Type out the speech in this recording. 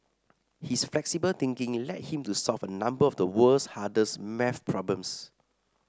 his flexible thinking led him to solve a number of the world's hardest maths problems